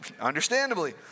Understandably